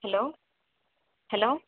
hello hello